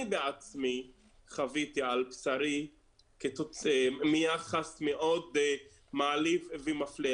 בעצמי חוויתי על בשרי מיחס מאוד מעליב ומפלה,